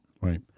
Right